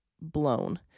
blown